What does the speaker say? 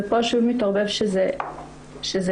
ופה שוב מתערבב שזה אבא.